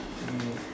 okay